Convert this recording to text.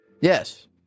Yes